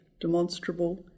demonstrable